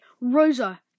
Rosa